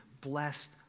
blessed